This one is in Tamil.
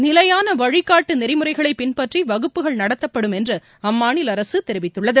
நிலையான வழிகாட்டு நெறிமுறைகளை பின்பற்றி வகுப்புகள் நடத்தப்படும் என்று அம்மாநில அரசு தெரிவித்துள்ளது